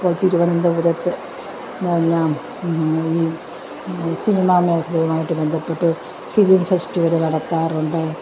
E തിരുവനന്തപുരത്ത് ഈ സിനിമ മേഖലയുമായിട്ട് ബന്ധപ്പെട്ട് ഫിലിം ഫെസ്റ്റിവല് നടത്താറുണ്ട്